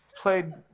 played